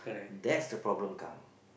there's the problem come